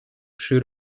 przy